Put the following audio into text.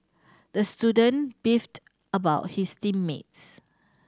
the student beefed about his team mates